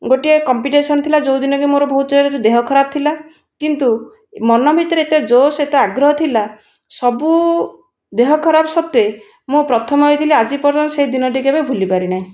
ଗୋଟିଏ କମ୍ପିଟିସନ୍ ଥିଲା ଯେଉଁ ଦିନ କି ମୋର ବହୁତ ଦେହ ଖରାପ ଥିଲା କିନ୍ତୁ ମନ ଭିତରେ ଏତେ ଜୋସ୍ ଏତେ ଆଗ୍ରହ ଥିଲା ସବୁ ଦେହ ଖରାପ ସତ୍ୱେ ମୁଁ ପ୍ରଥମ ହେଇଥିଲି ଆଜି ପର୍ଯ୍ୟନ୍ତ ସେ ଦିନ ଟି କେବେ ଭୁଲି ପାରିନାହିଁ